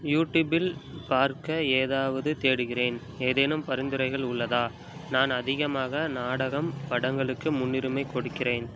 யூடியூபில் பார்க்க ஏதாவது தேடுகிறேன் ஏதேனும் பரிந்துரைகள் உள்ளதா நான் அதிகமாக நாடகம் படங்களுக்கு முன்னுரிமை கொடுக்கிறேன்